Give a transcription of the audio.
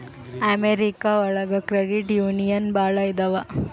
America ಒಳಗ credit union ಭಾಳ ಇದಾವ